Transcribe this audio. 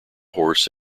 horse